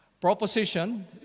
proposition